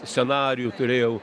scenarijų turėjau